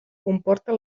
comporta